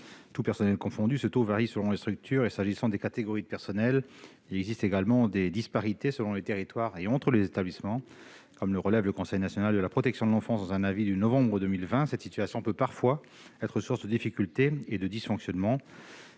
tous personnels confondus. Ce taux varie selon la structure et, s'agissant des catégories de personnel, il existe également des disparités selon les territoires et entre établissements. Comme le relève le Conseil national de la protection de l'enfance dans un avis de novembre 2020, cette situation peut parfois être source de difficultés et de dysfonctionnements.